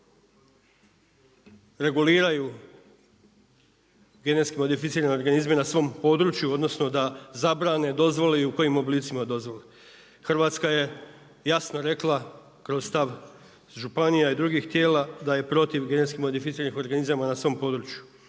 reguliraju GMO na svom području odnosno da zabrane, dozvoli i u kojim oblicima dozvoli. Hrvatska je jasno rekla kroz stav županija i drugih tijela da je protiv GMO na svom području